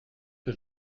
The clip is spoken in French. que